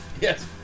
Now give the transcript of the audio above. Yes